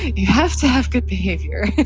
you have to have good behavior